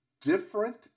different